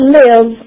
live